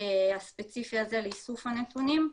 הספציפי הזה לאיסוף הנתונים.